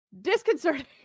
disconcerting